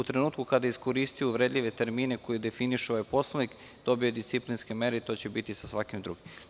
U trenutku kada je iskoristio uvredljive termine koji definiše ovaj poslovnik, dobio je disciplinske mere i to će biti sa svakim drugim.